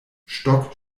stock